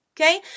okay